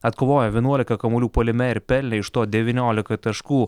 atkovojo vienuolika kamuolių puolime ir pelnė iš to devyniolika taškų